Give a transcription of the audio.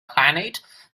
planet